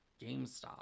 gamestop